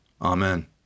Amen